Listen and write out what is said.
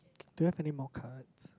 do you have any more cards